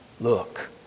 look